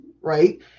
right